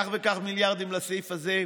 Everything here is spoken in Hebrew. כך וכך מיליארדים לסעיף הזה.